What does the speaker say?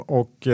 och